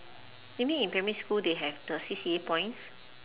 you mean in primary school they have the C_C_A points